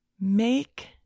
Make